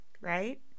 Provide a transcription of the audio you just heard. right